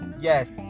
Yes